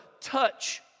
touch